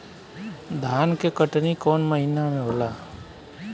धान के कटनी कौन महीना में होला?